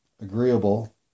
agreeable